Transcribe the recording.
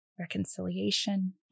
reconciliation